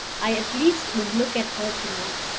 i at least would look at her to-night.